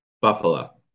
Buffalo